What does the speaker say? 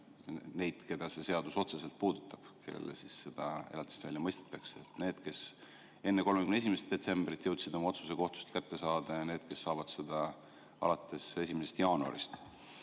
hulgas, keda see seadus otseselt puudutab ja kellele elatist välja mõistetakse: need, kes enne 31. detsembrit jõudsid oma otsuse kohtust kätte saada, ja need, kes saavad selle alates 1. jaanuarist.